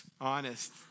Honest